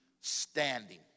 standing